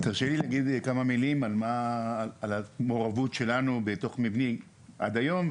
תרשה לי להגיד כמה מילים על המעורבות שלנו בתוך מבני עד היום,